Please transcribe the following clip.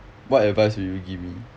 what advice would you give me